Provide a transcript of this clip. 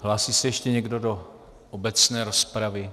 Hlásí se ještě někdo do obecné rozpravy?